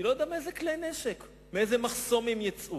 אני לא יודע מאילו כלי נשק, מאיזה מחסום הם יצאו,